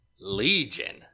Legion